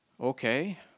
Okay